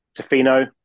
tofino